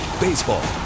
Baseball